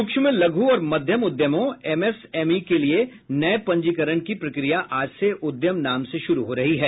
सूक्ष्म लघु और मध्यमों एमएसएमई के लिए नये पंजीकरण की प्रक्रिया आज से उद्यम नाम से शुरू हो रही है